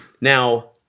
now